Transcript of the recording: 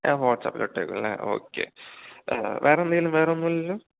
ഞാൻ വാട്സാപ്പിലിട്ടേക്കാം ഓക്കേ വേറെന്തെങ്കിലും വേറൊന്നുമില്ലല്ലോ